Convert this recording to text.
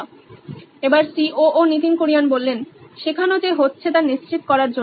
Nitin Kurian C O O নোইন electronics শেখানো যে হচ্ছে তা নিশ্চিত করার জন্য